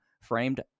framed